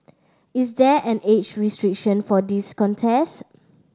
is there an age restriction for this contest